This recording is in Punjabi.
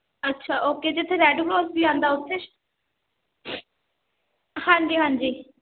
ਅੱਛਾ ਓਕੇ ਜਿੱਥੇ ਰੈੱਡ ਕਰੋਸ ਵੀ ਆਉਂਦਾ ਉੱਥੇ ਹਾਂਜੀ ਹਾਂਜੀ